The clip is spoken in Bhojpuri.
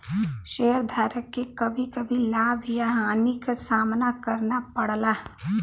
शेयरधारक के कभी कभी लाभ या हानि क सामना करना पड़ला